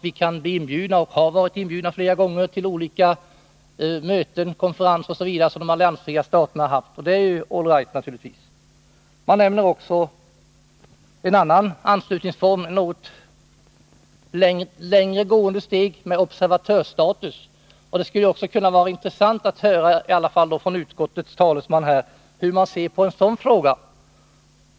Vi kan bli inbjudna — och har flera gånger varit inbjudna — till olika möten, konferenser osv. som de alliansfria staterna haft. Det är naturligtvis all right. En annan anslutningsform som man nämner — och som innebär ett något längre steg — är observatörsstatus.